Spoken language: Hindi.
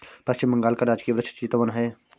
पश्चिम बंगाल का राजकीय वृक्ष चितवन है